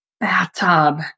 Bathtub